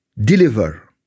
deliver